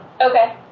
okay